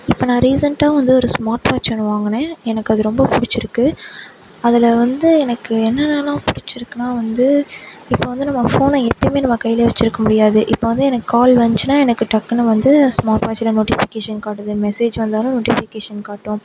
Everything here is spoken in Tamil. இப்போ நான் ரீசண்டாக வந்து ஒரு ஸ்மார்ட் வாட்ச் ஒன்று வாங்கினேன் எனக்கு அது ரொம்ப பிடிச்சிருக்கு அதில் வந்து எனக்கு என்னென்னலாம் பிடிச்சிருக்குனா வந்து இப்போ வந்து நம்ம ஃபோனை எப்பயுமே நம்ம கையிலியே வெச்சுருக்க முடியாது இப்போ வந்து எனக்கு கால் வந்துச்சினா எனக்கு டக்குனு வந்து ஸ்மார்ட் வாட்ச்சில் நோட்டிஃபிகேஷன் காட்டுது மெசேஜ் வந்தாலும் நோட்டிஃபிகேஷன் காட்டும்